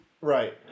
Right